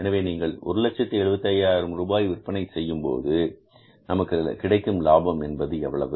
எனவே நீங்கள் 175000 ரூபாய் விற்பனை செய்யும்போது நமக்கு கிடைக்கும் லாபம் என்பது எவ்வளவு